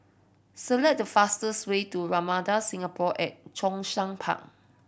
select the fastest way to Ramada Singapore at Zhongshan Park